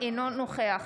אינו נוכח